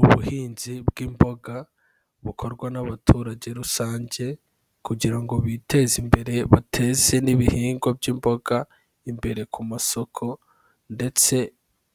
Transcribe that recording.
Ubuhinzi bw'imboga, bukorwa n'abaturage rusange, kugira ngo biteze imbere, bateze n'ibihingwa by'imboga imbere ku masoko, ndetse